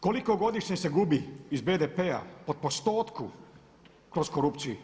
Koliko godišnje se gubi iz BDP-a po postotku kroz korupciju?